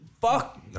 fuck